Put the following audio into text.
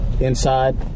inside